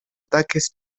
ataques